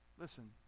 Listen